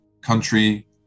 country